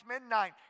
midnight